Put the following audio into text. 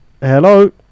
Hello